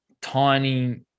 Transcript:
tiny